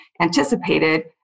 anticipated